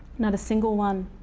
not a single one.